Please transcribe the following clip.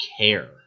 care